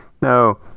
no